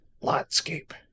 Landscape